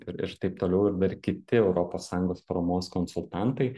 ir ir taip toliau ir dar kiti europos sąjungos paramos konsultantai